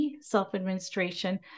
self-administration